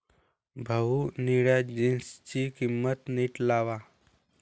भाऊ, निळ्या जीन्सची किंमत नीट लावा